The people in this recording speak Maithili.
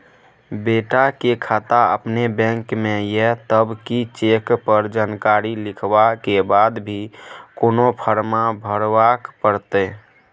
बेटा के खाता अपने बैंक में ये तब की चेक पर जानकारी लिखवा के बाद भी कोनो फारम भरबाक परतै?